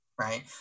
Right